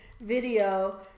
video